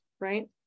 right